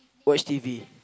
watch T_V